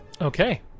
Okay